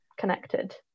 connected